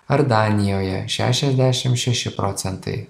ar danijoje šešiasdešim šeši procentai